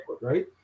right